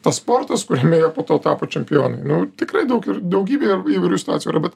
tas sportas kuriame jie po to tapo čempionai nu tikrai daug ir daugybė įvairių situacijų yra bet